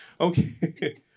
Okay